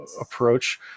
approach